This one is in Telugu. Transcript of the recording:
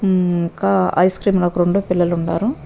ఇంకా ఐస్క్రీమ్లు ఒక రెండు పిల్లలున్నారు